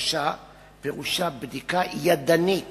לבקשה פירושה בדיקה ידנית